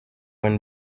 when